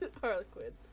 Harlequin